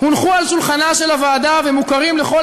הונחו על שולחנה של הוועדה ומוכרים לכל